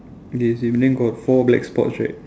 okay same then got four black spots right